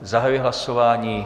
Zahajuji hlasování.